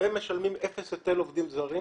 החקלאים משלמים אפס היטל עובדים זרים,